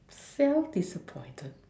self disappointed